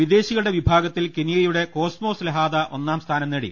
വിദേശികളുടെ വിഭാഗത്തിൽ കെനിയയുടെ കോസ്മോസ് ലഹാത ഒന്നാം സ്ഥാനം നേടി